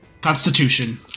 Constitution